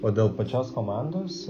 o dėl pačios komandos